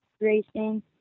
Racing